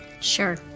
Sure